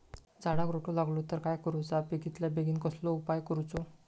झाडाक रोटो लागलो तर काय करुचा बेगितल्या बेगीन कसलो उपाय करूचो?